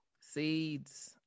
Seeds